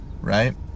right